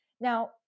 Now